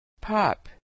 Pop